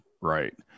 Right